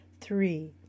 Three